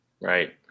Right